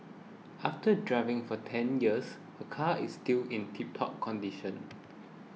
after driving for ten years her car is still in tiptop condition